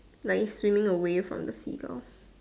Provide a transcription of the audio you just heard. like swimming away from the Seagull